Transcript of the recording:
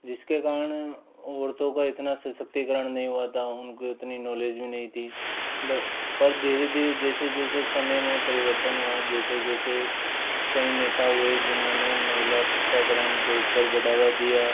जिसके कारण औरतों का इतना सशक्तिकरण नहीं हुआ था उनको इतनी नॉलेज भी नहीं थी व पर धीरे धीरे जैसे जैसे समय में परिवर्तन हुआ जैसे जैसे कई नेता हुए जिन्होंने महिला शिक्षाकरण के ऊपर बढ़ावा दिया